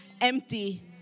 empty